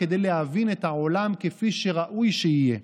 כדי להבין את העולם כפי שראוי שיהיה.